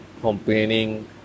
complaining